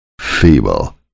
feeble